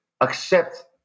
accept